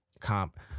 comp